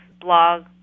blog